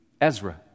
Ezra